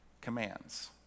commands